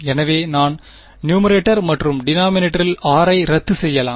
எனவே நான் நுமரேட்டர் மற்றும் டினாமினேட்டரில் r ஐ ரத்து செய்யலாம்